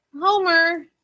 Homer